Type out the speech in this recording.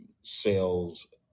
sales